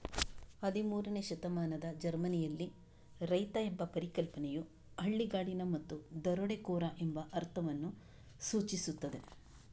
ಹದಿಮೂರನೇ ಶತಮಾನದ ಜರ್ಮನಿಯಲ್ಲಿ, ರೈತ ಎಂಬ ಪರಿಕಲ್ಪನೆಯು ಹಳ್ಳಿಗಾಡಿನ ಮತ್ತು ದರೋಡೆಕೋರ ಎಂಬ ಅರ್ಥವನ್ನು ಸೂಚಿಸುತ್ತದೆ